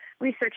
research